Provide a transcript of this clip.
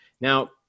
Now